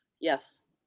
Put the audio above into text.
yes